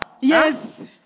Yes